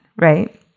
Right